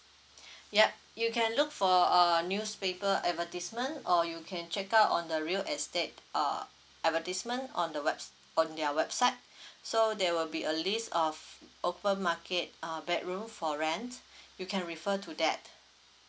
yup you can look for uh newspaper advertisement or you can check out on the real estate uh advertisement on the webs~ on their website so there will be a list of open market uh bedroom for rent you can refer to that